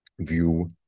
view